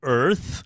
earth